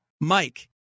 Mike